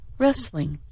wrestling